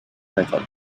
metal